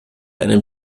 einen